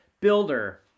builder